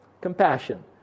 compassion